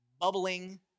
bubbling